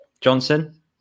Johnson